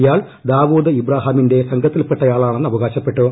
ഇയാൾ ദാവൂദ് ഇബ്രാഹിമിന്റെ സംഘത്തിൽപ്പെട്ടയാളാണെന്ന് അവകാശപ്പെട്ടു